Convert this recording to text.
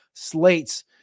Slates